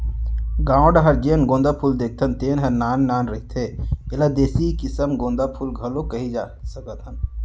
गाँव डाहर जेन गोंदा फूल देखथन तेन ह नान नान रहिथे, एला देसी किसम गोंदा फूल घलोक कहि सकत हस